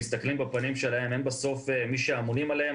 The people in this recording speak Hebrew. בפנים שלהם, הם בסוף מי שאמונים עליהם.